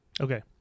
Okay